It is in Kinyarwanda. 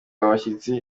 abashyitsi